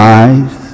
eyes